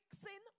fixing